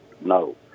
no